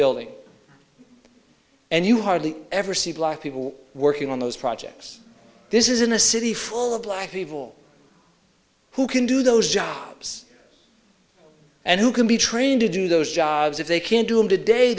building and you hardly ever see black people working on those projects this is in a city full of black people who can do those jobs and who can be trained to do those jobs if they can do them today